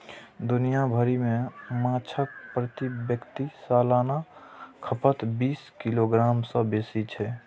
दुनिया भरि मे माछक प्रति व्यक्ति सालाना खपत बीस किलोग्राम सं बेसी छै